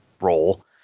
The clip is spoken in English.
role